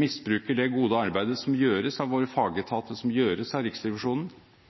misbruker det gode arbeidet som gjøres av våre fagetater, som gjøres av Riksrevisjonen